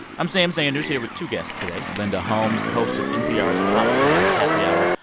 i'm sam sanders, here with two guests today linda holmes, host of npr's pop culture happy hour.